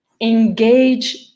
engage